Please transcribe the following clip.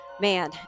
man